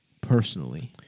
personally